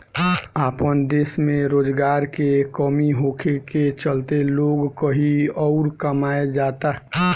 आपन देश में रोजगार के कमी होखे के चलते लोग कही अउर कमाए जाता